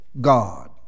God